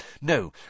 No